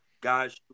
guys